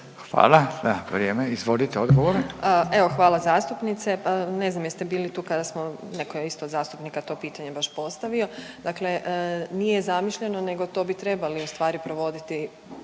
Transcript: Hvala. Da, vrijeme. Izvolite odgovor.